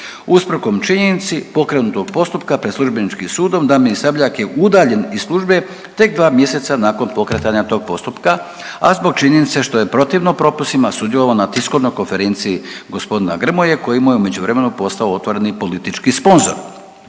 Usprkos činjenici pokrenutog postupka pred službeničkim sudom Damir Sabljak je udaljen iz službe tek 2 mjeseca nakon pokretanja tog postupka, a zbog činjenice što je protivno propisima sudjelovao na tiskovnoj konferenciji g. Grmoje koji mu je u međuvremenu postao otvoreni politički sponzor.